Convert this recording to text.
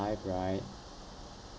life right